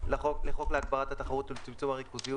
לחוק להגברת התחרות ולצמצום הריכוזיות